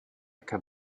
can